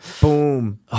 Boom